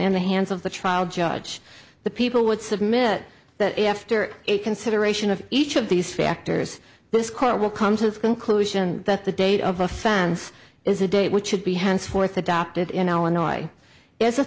in the hands of the trial judge the people would submit that after a consideration of each of these factors this court will come to the conclusion that the date of offense is a day which should be henceforth adopted in illinois as a